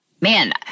man